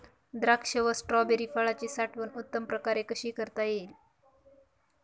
द्राक्ष व स्ट्रॉबेरी फळाची साठवण उत्तम प्रकारे कशी करता येईल?